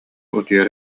утуйар